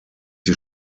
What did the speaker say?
die